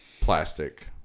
plastic